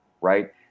right